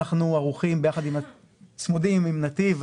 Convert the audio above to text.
אנחנו צמודים עם נתיב.